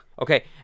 Okay